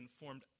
informed